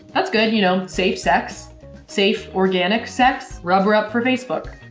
that's good you know, safe sex safe, organic sex. rubber up for facebook.